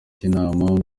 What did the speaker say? cy’inama